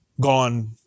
gone